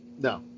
no